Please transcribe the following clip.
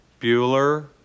Bueller